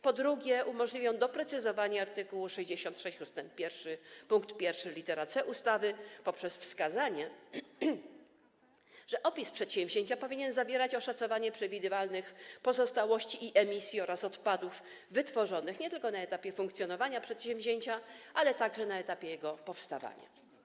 Po drugie, umożliwi on doprecyzowanie art. 66 ust. 1 pkt 1 lit. c ustawy poprzez wskazanie, że opis przedsięwzięcia powinien zawierać oszacowanie przewidywanych pozostałości i emisji oraz odpadów wytworzonych nie tylko na etapie funkcjonowania przedsięwzięcia, ale także na etapie jego powstawania.